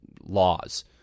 laws